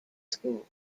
school